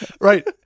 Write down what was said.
right